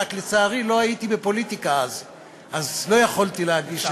רק שלצערי לא הייתי אז בפוליטיקה אז לא יכולתי להגיש.